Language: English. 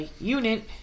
unit